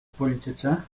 polityce